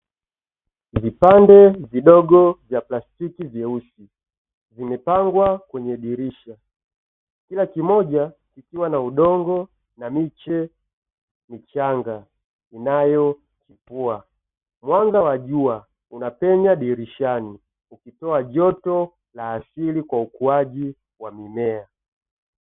Vipande vidogo vya plastiki vyeusi vimepangwa kwenye dirisha, kila kimoja kikiwa na udongo na miche michanga inayokuwa. Mwanga wa jua unapenya dirishani ukitoa joto la asili kwa ukuaji wa mimea.